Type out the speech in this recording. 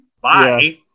Bye